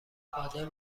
قادر